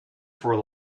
for